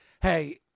hey